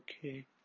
okay